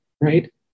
Right